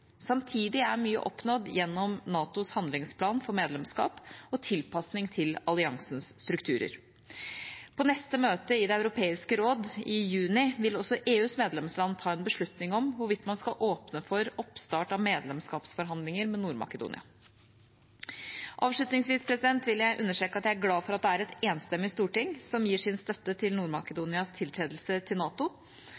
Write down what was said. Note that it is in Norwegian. Samtidig er mye oppnådd gjennom NATOs handlingsplan for medlemskap og tilpasning til alliansens strukturer. På neste møte i Det europeiske råd, i juni, vil også EUs medlemsland ta en beslutning om hvorvidt man skal åpne for oppstart av medlemskapsforhandlinger med Nord-Makedonia. Avslutningsvis vil jeg understreke at jeg er glad for at det er et enstemmig storting som gir sin støtte til